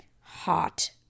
hot